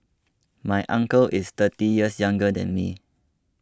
my uncle is thirty years younger than me